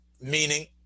Meaning